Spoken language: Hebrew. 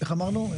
איך אמרנו?